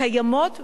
קיימות וחדשות.